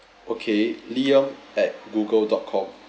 okay liam at google dot com